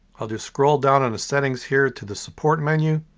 i'll just scroll down on the settings here to the support menu.